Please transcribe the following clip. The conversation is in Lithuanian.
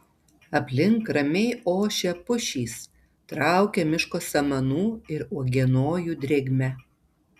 aplink ramiai ošia pušys traukia miško samanų ir uogienojų drėgme